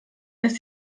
dass